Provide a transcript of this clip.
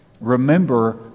Remember